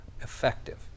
effective